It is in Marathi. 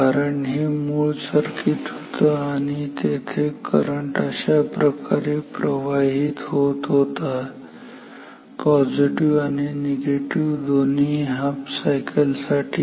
कारण हे मूळ सर्किट होतं आणि येथे करंट अशाप्रकारे प्रवाहित होत होता पॉझिटिव्ह आणि निगेटिव्ह दोन्हीही हाफ सायकल साठी